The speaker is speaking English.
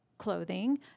clothing